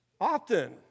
often